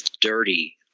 dirty